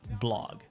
blog